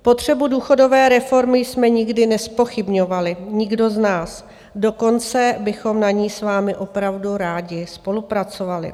Potřebu důchodové reformy jsme nikdy nezpochybňovali, nikdo z nás, dokonce bychom na ní s vámi opravdu rádi spolupracovali.